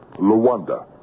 Luanda